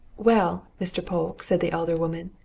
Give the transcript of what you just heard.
well, mr. polke, said the elder woman,